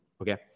Okay